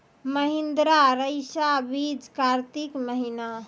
महिंद्रा रईसा बीज कार्तिक महीना?